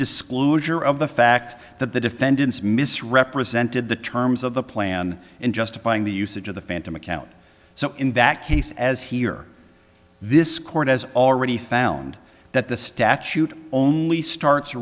disclosure of the fact that the defendants misrepresented the terms of the plan in justifying the usage of the phantom account so in that case as here this court has already found that the statute only starts